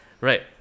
Right